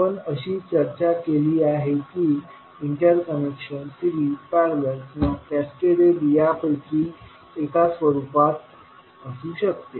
आपण अशी चर्चा केली आहे की इंटरकनेक्शन सिरीज पॅरलल किंवा कॅस्केडेड यापैकी एका स्वरूपात असू शकते